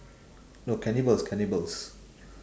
no cannibals cannibals